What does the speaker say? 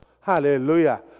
Hallelujah